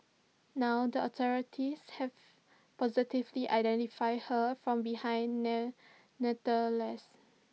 now the authorities have positively identified her from behind